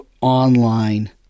online